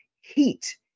heat